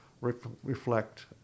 reflect